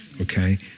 okay